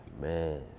Man